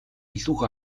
илүү